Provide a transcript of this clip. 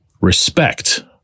respect